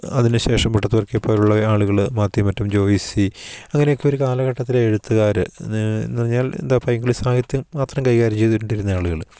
അതിന് ശേഷം മുട്ടത്തുവർക്കിയെ പോലുള്ള ആളുകൾ മാത്തിമറ്റം ജോയ്സി അങ്ങനെയൊക്കെ ഒരു കാലഘട്ടത്തിലെ എഴുത്തുകാർ എന്ന് പറഞ്ഞാൽ എന്താ പൈങ്കിളി സാഹിത്യം മാത്രം കൈകാര്യം ചെയ്തുകൊണ്ടിരുന്ന ആളുകൾ